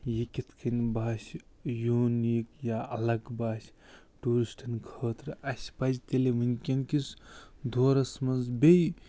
یہِ کِتھ کَنہِ باسہِ یوٗنیٖک یا الگ باسہِ ٹوٗرِسٹَن خٲطرٕ اَسہِ پَزِ تیٚلہِ ؤنکیٚن کِس دورَس منٛز بیٚیہِ